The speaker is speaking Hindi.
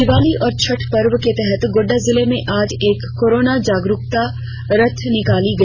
दिवाली और छठ पर्व के तहत गोड्डा जिले में आज एक कोरोना जागरूकता रथ निकाला गया